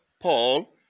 Paul